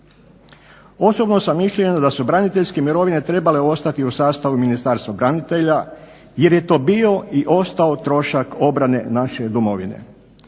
Osobnog sam mišljenja da su braniteljske mirovine trebale ostati u sastavu Ministarstva branitelja jer je to bio i ostao trošak obrane naše domovine.